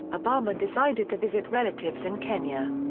obama decided to visit relatives in kenya.